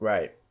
Right